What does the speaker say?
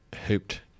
hooped